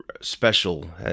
special